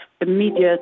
immediate